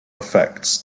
effects